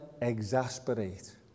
exasperate